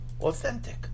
authentic